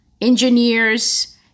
engineers